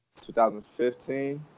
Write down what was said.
2015